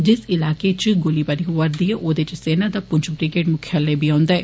जिस इलाके च गोलीबारी होआ'रदी ऐ औदे च सेना दा पुंछ ब्रिगेड मुख्यालय बी औन्दा ऐ